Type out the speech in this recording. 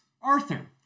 Arthur